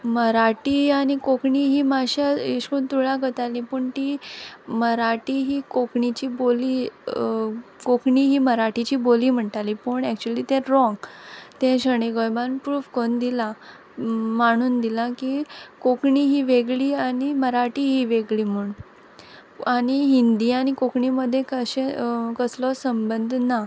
मराठी आनी कोंकणी ही भाशा अेश कोन्न तुळा करतालीं पूण ती मराठी ही कोंकणीची बोली कोंकणी ही मराठीची बोली म्हणटालीं पूण एकच्युली तें रोंग तें शणै गोंयबाबान प्रूव्ह कोन्न दिलां मांडून दिलां की कोंकणी ही वेगळी आनी मराठी ही वेगळी म्हूण आनी हिंदी आनी कोंकणी मदें अशें कसलोच संबंद ना